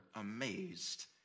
amazed